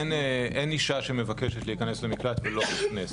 אין אישה שמבקשת להיכנס למקלט ולא נכנסת.